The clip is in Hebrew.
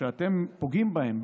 שאתם פוגעים בהם,